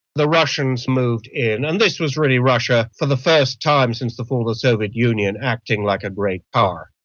the russians moved in. and this was really russia for the first time since the fall of the soviet union acting like a great power.